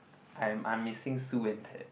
I am I am missing Sue and Ted